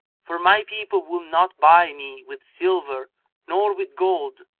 for my people will not buy me with silver nor with gold,